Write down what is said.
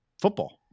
football